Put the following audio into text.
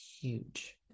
huge